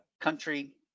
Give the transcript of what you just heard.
country